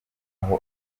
aho